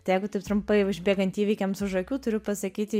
tai jeigu taip trumpai užbėgant įvykiams už akių turiu pasakyti